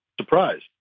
surprised